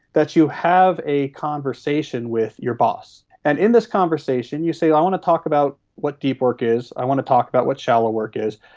that you have a conversation with your boss. and in this conversation you say i want to talk about what deep work is, i want to talk about what shallow work is.